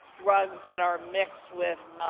drugs that are mixed with